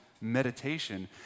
meditation